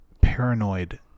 Paranoid